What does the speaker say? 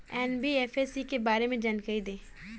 NBFC के बारे में जानकारी दें?